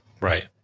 Right